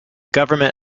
government